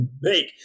make